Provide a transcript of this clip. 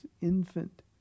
infant